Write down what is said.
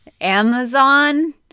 Amazon